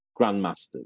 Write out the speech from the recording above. grandmasters